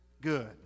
good